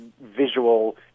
visual